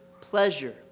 pleasure